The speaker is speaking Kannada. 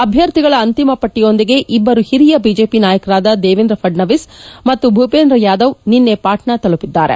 ಅಭ್ವರ್ಧಿಗಳ ಅಂತಿಮ ಪಟ್ಟಿಯೊಂದಿಗೆ ಇಬ್ಬರು ಹಿರಿಯ ಬಿಜೆಪಿ ನಾಯಕರಾದ ದೇವೇಂದ್ರ ಫಡ್ನವೀಸ್ ಮತ್ತು ಭೂಪೇಂದ್ರ ಯಾದವ್ ನಿನ್ನೆ ಪಾಟ್ನಾ ತಲುಪಿದ್ದಾರೆ